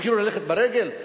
יתחילו ללכת ברגל?